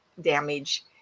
damage